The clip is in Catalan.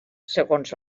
segons